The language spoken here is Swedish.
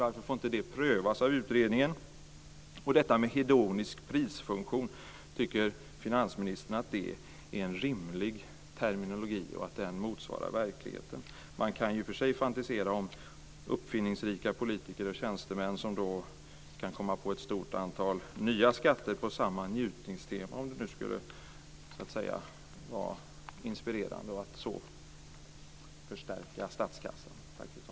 Varför får inte detta prövas av utredningen? Tycker finansministern att detta med hedonisk prisfunktion är en rimlig terminologi? Motsvarar den verkligheten? Man kan i och för sig fantisera om uppfinningsrika politiker och tjänstemän som kan komma på ett stort antal nya skatter på samma njutningstema, om det nu skulle vara inspirerande att så förstärka statskassan.